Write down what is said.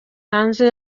hanze